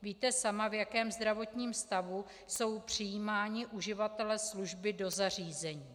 Víte sama, v jakém zdravotním stavu jsou přijímáni uživatelé služby do zařízení.